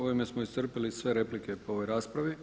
Ovime smo iscrpili sve replike po ovoj raspravi.